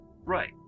Right